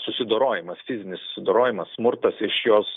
susidorojimas fizinis susidorojimas smurtas iš jos